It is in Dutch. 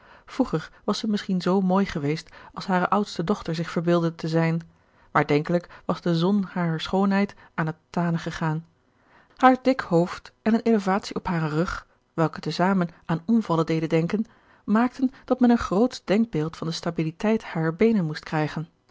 vroeger was zij misschien zoo mooi geweest als hare oudste dochter zich verbeeldde te zijn maar denkelijk was de zon harer schoonheid aan het tanen gegaan haar dik hoofd en eene elevatie op haren rug welke te zamen aan omvallen deden denken maakten dat men een grootsch denkbeeld van de stabiliteit harer beenen moest krijgen